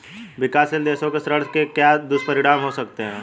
विकासशील देशों के ऋण के क्या दुष्परिणाम हो सकते हैं?